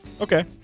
Okay